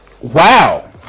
wow